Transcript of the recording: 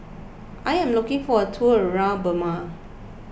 I am looking for a tour around Burma